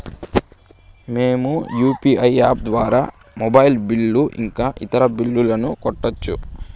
మేము UPI app ద్వారా mobile bill ఇంకా ఇతర బిల్లులను కట్టొచ్చు